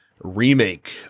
Remake